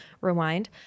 rewind